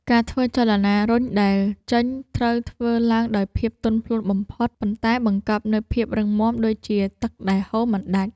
ការធ្វើចលនា រុញដៃចេញ ត្រូវធ្វើឡើងដោយភាពទន់ភ្លន់បំផុត ប៉ុន្តែបង្កប់នូវភាពរឹងមាំដូចជាទឹកដែលហូរមិនដាច់។